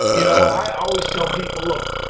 you know i always tell people look,